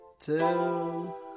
till